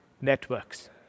networks